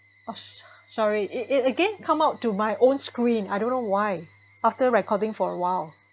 oh sorry it it again come out to my own screen I don't know why after recording for awhile